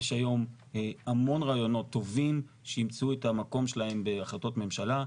יש היום המון רעיונות טובים שימצאו את המקום שלהם בהחלטות ממשלה,